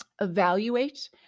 evaluate